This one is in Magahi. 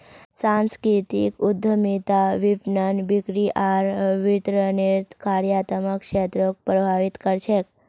सांस्कृतिक उद्यमिता विपणन, बिक्री आर वितरनेर कार्यात्मक क्षेत्रको प्रभावित कर छेक